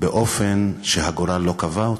באופן שהגורל לא קבע אותו.